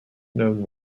known